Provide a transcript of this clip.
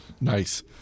Nice